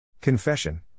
Confession